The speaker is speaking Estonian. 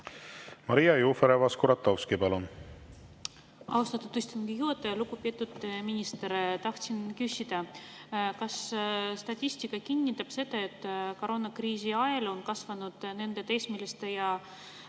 Maria Jufereva-Skuratovski, palun! Austatud istungi juhataja! Lugupeetud minister! Tahtsin küsida, kas statistika kinnitab seda, et koroonakriisi ajal kasvas nende teismeliste ja